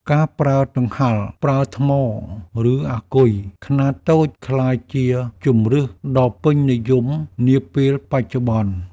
ការប្រើកង្ហារប្រើថ្ម ឬអាគុយខ្នាតតូច ក្លាយជាជម្រើសដ៏ពេញនិយមនាពេលបច្ចុប្បន្ន។